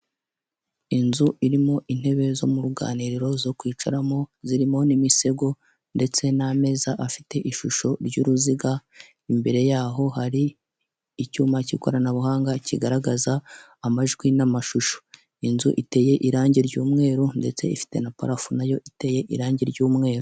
Inzu irimo intebe zo mu ruganiriro zo kwicaramo zirimo n'imisego ndetse n'ameza afite ishusho ry'uruziga imbere y'aho hari icyuma cy'ikoranabuhanga kigaragaza amajwi n'amashusho inzu iteye irangi ry'umweru ndetse ifite na parafo nayo iteye irangi ry'umweru.